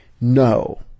No